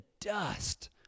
dust